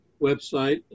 website